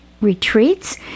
retreats